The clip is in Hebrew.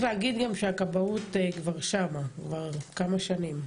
הכבאות כבר שם כבר כמה שנים.